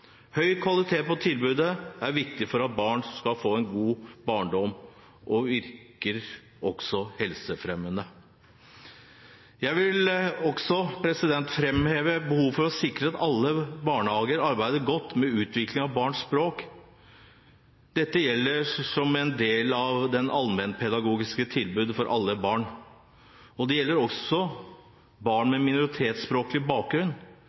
Høy kvalitet på tilbudet er viktig for at barn skal få en god barndom, og virker også helsefremmende. Jeg vil også framheve behovet for å sikre at alle barnehager arbeider godt med utvikling av barns språk. Dette gjelder som en del av det allmennpedagogiske tilbudet for alle barn, og det gjelder også barn med minoritetsspråklig bakgrunn.